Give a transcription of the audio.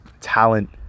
talent